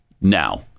Now